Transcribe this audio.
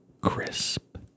crisp